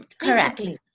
correctly